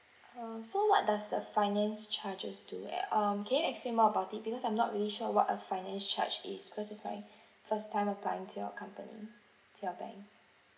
uh so what does the finance charges do eh um can you explain more about it because I'm not really sure what a finance charge is because is my first time applying to your company to your bank